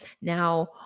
Now